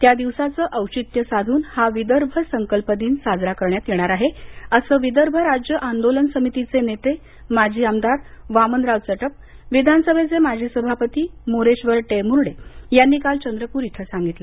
त्या दिवसाचं औचित्य साधून हा विदर्भ संकल्प दिन साजरा करण्यात येणार आहे असं विदर्भ राज्य आंदोलन समितीचे नेते माजी आमदार वामनराव चटप विधानसभेचे माजी सभापती मोरेश्वर टेमुर्डे यांनी काल चंद्रपूर इथं सांगितलं